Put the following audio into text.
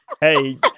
Hey